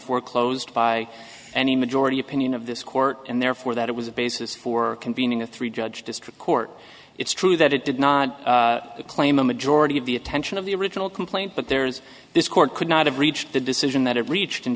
foreclosed by any majority opinion of this court and therefore that it was a basis for convening a three judge district court it's true that it did not claim a majority of the attention of the original complaint but there is this court could not have reached the decision that it reached in